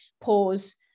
pause